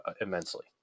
immensely